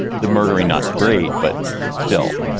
the murdering, not great, but still.